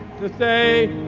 to say,